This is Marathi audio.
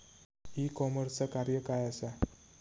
ई कॉमर्सचा कार्य काय असा?